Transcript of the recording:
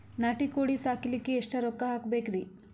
ನಾಟಿ ಕೋಳೀ ಸಾಕಲಿಕ್ಕಿ ಎಷ್ಟ ರೊಕ್ಕ ಹಾಕಬೇಕ್ರಿ?